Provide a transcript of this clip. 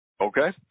Okay